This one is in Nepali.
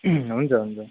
हुन्छ हुन्छ